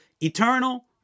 eternal